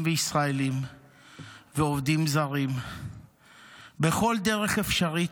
וישראלים ועובדים זרים בכל דרך אפשרית,